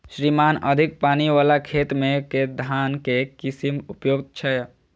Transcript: श्रीमान अधिक पानि वला खेत मे केँ धान केँ किसिम उपयुक्त छैय?